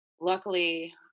luckily